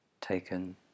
taken